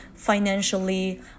financially